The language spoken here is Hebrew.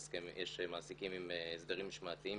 יש מעסיקים עם הסדרים משמעתיים,